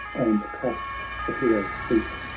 and clasped the hero's feet.